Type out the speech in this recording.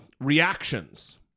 reactions